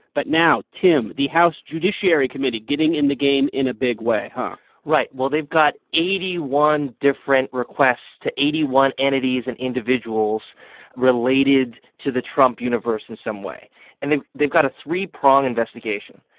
but now, tim, the house judiciary committee getting in the game in a big way and right. well, they've got eighty one different requests to eighty one entities and individuals related to the trump universe in some way. and they've they've got a three-prong investigation.